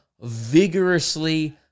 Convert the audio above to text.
vigorously